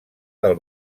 del